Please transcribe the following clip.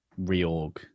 Reorg